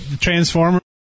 Transformers